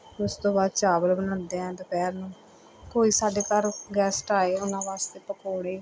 ਉਸ ਤੋਂ ਬਾਅਦ ਚਾਵਲ ਬਣਾਉਂਦੇ ਹਾਂ ਦੁਪਹਿਰ ਨੂੰ ਕੋਈ ਸਾਡੇ ਘਰ ਗੈਸਟ ਆਏ ਉਹਨਾਂ ਵਾਸਤੇ ਪਕੌੜੇ